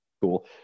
cool